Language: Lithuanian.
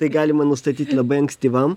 tai galima nustatyt labai ankstyvam